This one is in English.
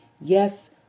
Yes